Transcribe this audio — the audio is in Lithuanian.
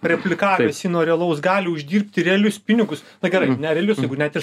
replikavęs jį nuo realaus gali uždirbti realius pinigus na gerai ne realius net ir